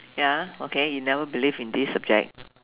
ya okay you never believe in this subject